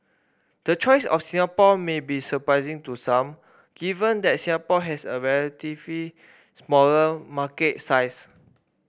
the choice of Singapore may be surprising to some given that Singapore has a relatively smaller market size